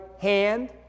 hand